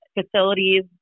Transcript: facilities